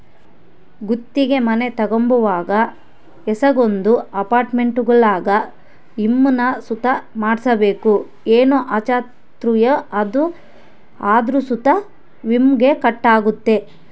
ಗುತ್ತಿಗೆ ಮನೆ ತಗಂಬುವಾಗ ಏಸಕೊಂದು ಅಪಾರ್ಟ್ಮೆಂಟ್ಗುಳಾಗ ವಿಮೇನ ಸುತ ಮಾಡ್ಸಿರ್ಬಕು ಏನೇ ಅಚಾತುರ್ಯ ಆದ್ರೂ ಸುತ ವಿಮೇಗ ಕಟ್ ಆಗ್ತತೆ